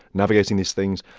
navigating these things.